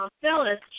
Phyllis